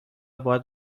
باید